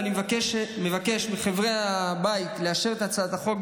ואני מבקש מחברי הבית לאשר את הצעת החוק,